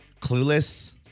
Clueless